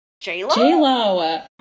J-Lo